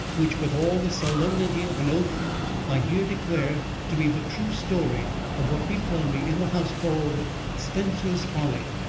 which with all the solemnity of an oath i here declare to be the true story of what befell me in the house called spencer's folly,